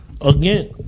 Again